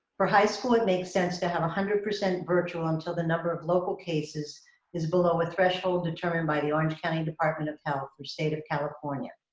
for high school it makes sense to have one hundred percent virtual until the number of local cases is below a threshold determined by the orange county department of health or state of california.